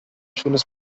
schönes